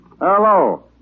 Hello